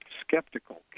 skeptical